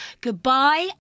goodbye